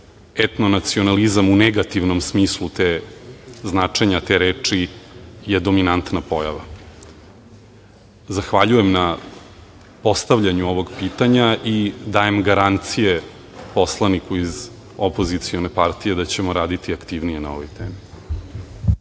etno-nacionalizam, u negativnom smislu značenja te reči, je dominantna pojava. Zahvaljujem na postavljanju ovog pitanja i dajem garancije poslaniku iz opozicione partije da ćemo raditi aktivnije na ovoj temi.